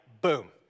boom